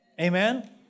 Amen